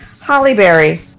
Hollyberry